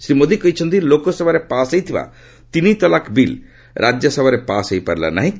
ଶ୍ରୀ ମୋଦି କହିଛନ୍ତି ଲୋକସଭାରେ ପାସ୍ ହୋଇଥିବା ତିନି ତଲାକ ବିଲ୍ ରାଜ୍ୟସଭାରେ ପାସ୍ ହୋଇପାରିଲା ନାହିଁ